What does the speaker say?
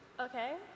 Okay